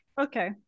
Okay